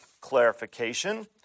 clarification